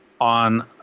on